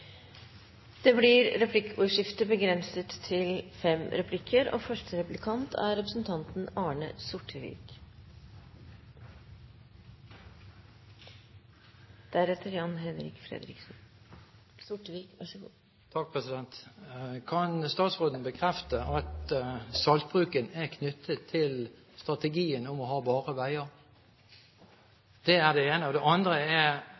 Det blir replikkordskifte. Kan statsråden bekrefte at saltbruken er knyttet til strategien om å ha bare veier? Det er det ene. Det andre er